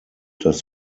das